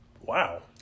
Wow